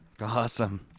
Awesome